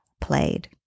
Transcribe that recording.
played